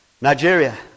Nigeria